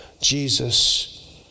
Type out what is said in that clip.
Jesus